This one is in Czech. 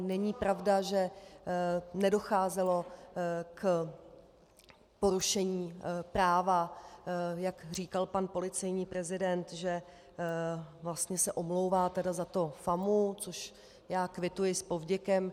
Není pravda, že nedocházelo k porušení práva, jak říkal pan policejní prezident, že se omlouvá za to FAMU což já kvituji s povděkem.